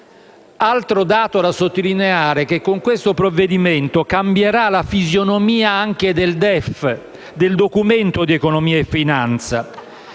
altro dato da sottolineare è che, con questo provvedimento, cambierà la fisionomia anche del Documento di economia e finanza.